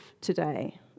today